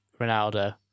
Ronaldo